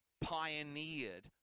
pioneered